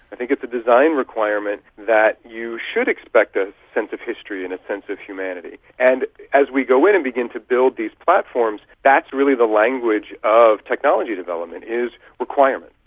i think it's a design requirement that you should expect a sense of history and a sense of humanity, and as we go in, and begin to build these platforms, that's really the language of technology development, is requirement.